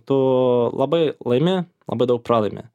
tu labai laimi labai daug pralaimi